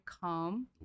calm